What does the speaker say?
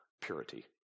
purity